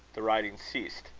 the writing ceased.